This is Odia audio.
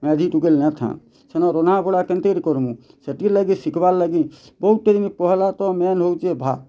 ମ୍ୟାଜିକ୍ ଟୁକେଲ୍ ନା ଥାଇ ସେନ୍ ରନ୍ଧା ବଢ଼ା କେନ୍ତି ହେଲି କରମୁ ସେଥିର୍ ଲାଗି ଶିଖିବାର୍ ଲାଗି ବହୁ ଟାଇମ୍ ପହେଲା ତ ମେନ୍ ହଉଛି ଭାତ